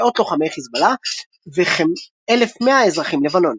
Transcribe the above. מאות לוחמי חזבאללה וכ-1,100 אזרחים לבנונים.